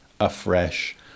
afresh